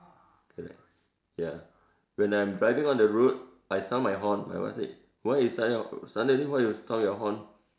correct ya when I'm driving on the road I sound my horn my wife said why you sound your suddenly why you sound your horn